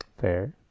Fair